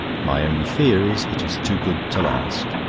my only fear is, it is too good to last.